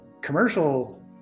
commercial